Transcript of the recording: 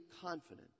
confident